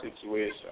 situation